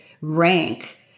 rank